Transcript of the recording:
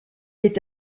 est